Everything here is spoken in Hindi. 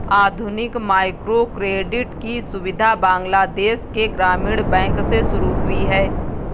आधुनिक माइक्रोक्रेडिट की सुविधा बांग्लादेश के ग्रामीण बैंक से शुरू हुई है